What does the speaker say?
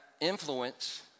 influence